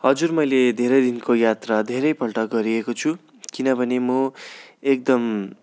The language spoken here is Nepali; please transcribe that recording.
हजुर मैले धेरै दिनको यात्रा धेरैपल्ट गरिएको छु किनभने म एकदम